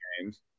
games